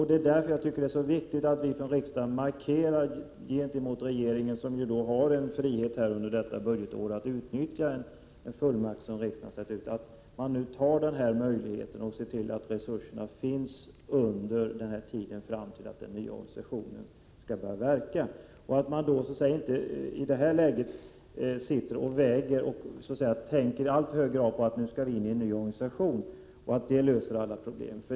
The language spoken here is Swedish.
Det är därför viktigt att vi från riksdagen markerar gentemot regeringen, som har frihet att under detta budgetår utnyttja den fullmakt riksdagen ställt ut, att den skall ta till vara denna möjlighet och se till att resurserna finns under en tid fram till dess att den nya organisationen skall börja verka. Man bör inte i detta läge sitta och väga och i alltför hög grad tänka att när vi nu skallini en ny organisation kommer det att lösa alla problem.